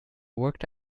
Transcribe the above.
worked